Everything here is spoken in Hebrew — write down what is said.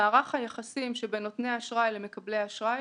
מערך היחסים שבין נותני האשראי למקבלי האשראי.